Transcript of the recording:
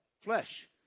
flesh